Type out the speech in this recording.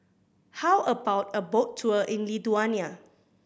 how about a boat tour in Lithuania